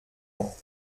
ans